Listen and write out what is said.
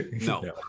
No